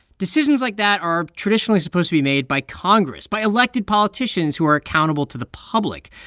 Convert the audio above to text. decisions like that are traditionally supposed to be made by congress, by elected politicians who are accountable to the public.